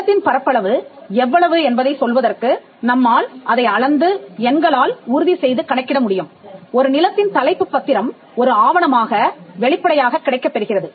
நிலத்தின் பரப்பளவு எவ்வளவு என்பதைச் சொல்வதற்கு நம்மால் அதை அளந்து எண்களால் உறுதிசெய்து கணக்கிட முடியும் ஒரு நிலத்தின் தலைப்பு பத்திரம் ஒரு ஆவணமாக வெளிப்படையாகக் கிடைக்கப்பெறுகிறது